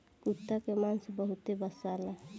कुता के मांस बहुते बासाला